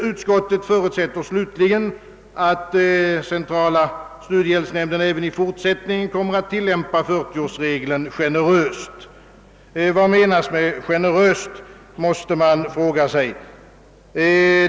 Utskottet förutsätter, att centrala studiehjälpsnämnden även i fortsättningen kommer att tillämpa 40-årsregeln generöst. Vad menas med generöst, måste man fråga sig.